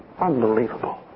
Unbelievable